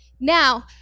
Now